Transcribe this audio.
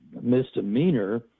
misdemeanor